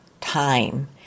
time